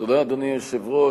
אדוני היושב-ראש,